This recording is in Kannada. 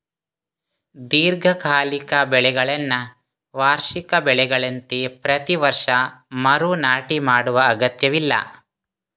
ದೀರ್ಘಕಾಲಿಕ ಬೆಳೆಗಳನ್ನ ವಾರ್ಷಿಕ ಬೆಳೆಗಳಂತೆ ಪ್ರತಿ ವರ್ಷ ಮರು ನಾಟಿ ಮಾಡುವ ಅಗತ್ಯವಿಲ್ಲ